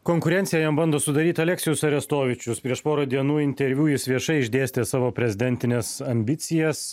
konkurenciją jam bando sudaryt aleksijus arestovičius prieš porą dienų interviu jis viešai išdėstė savo prezidentines ambicijas